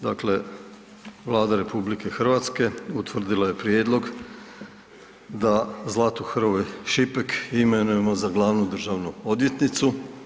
Dakle, Vlada RH utvrdila je prijedlog da Zlatu Hrvoj Šipek imenujemo za glavnu državnu odvjetnicu.